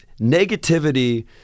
negativity